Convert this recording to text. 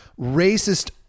racist